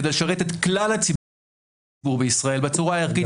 כדי לשרת את כלל הציבור בישראל בצורה הערכית